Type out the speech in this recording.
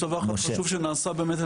יש דבר חשוב שנעשה באמת,